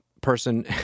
person